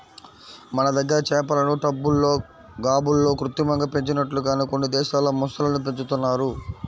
మన దగ్గర చేపలను టబ్బుల్లో, గాబుల్లో కృత్రిమంగా పెంచినట్లుగానే కొన్ని దేశాల్లో మొసళ్ళను పెంచుతున్నారు